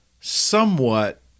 somewhat